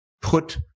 put